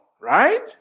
right